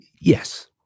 yes